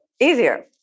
easier